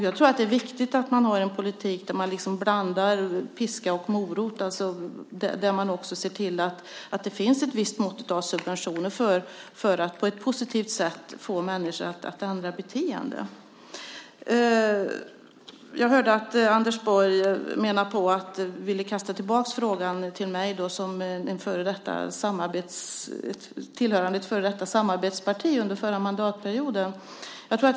Jag tror att det är viktigt att ha en politik där man blandar piska och morot, att man också ser till att det finns ett visst mått av subventioner för att på ett positivt sätt få människor att ändra beteende. Jag hörde att Anders Borg ville kasta tillbaka frågan till mig såsom tillhörande ett före detta samarbetsparti under förra mandatperioden.